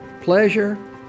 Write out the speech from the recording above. pleasure